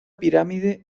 pirámide